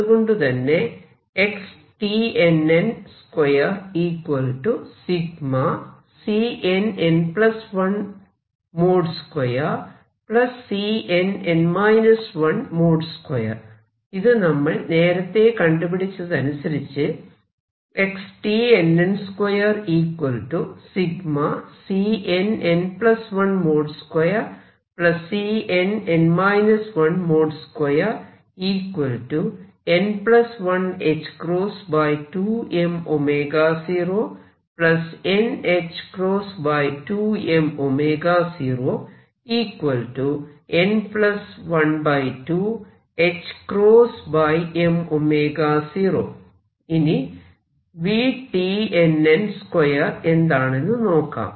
അതുകൊണ്ടുതന്നെ ഇത് നമ്മൾ നേരത്തെ കണ്ടുപിടിച്ചതനുസരിച്ച് ഇനി v2tnn എന്താണെന്ന് നോക്കാം